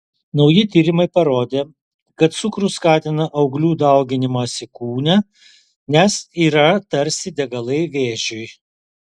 nauji tyrimai parodė kad cukrus skatina auglių dauginimąsi kūne nes yra tarsi degalai vėžiui